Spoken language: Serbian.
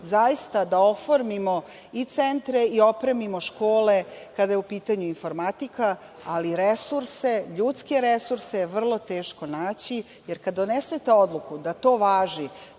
zaista da oformimo i centre i opremimo škole kada je u pitanju informatika, ali resurse, ljudske resurse je vrlo teško naći, jer kad donesete odluku da to važi